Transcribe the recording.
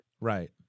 Right